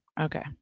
Okay